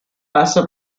passa